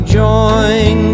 join